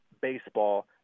baseball